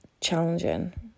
challenging